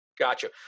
Gotcha